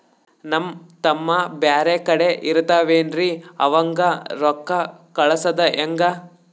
ನಮ್ ತಮ್ಮ ಬ್ಯಾರೆ ಕಡೆ ಇರತಾವೇನ್ರಿ ಅವಂಗ ರೋಕ್ಕ ಕಳಸದ ಹೆಂಗ?